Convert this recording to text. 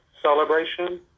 celebration